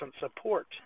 support